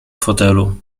fotelu